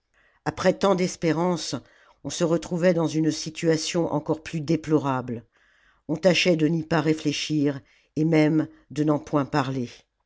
après tant d'espérances on se retrouvait dans une situation encore plus déplorable on tâchait de n'y pas réfléchir et même de n'en point parler